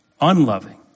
unloving